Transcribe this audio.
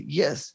yes